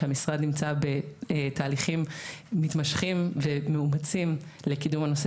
המשרד נמצא בתהליכים מתמשכים ומאומצים לקידום הנושא